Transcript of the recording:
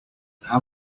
how